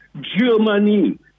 Germany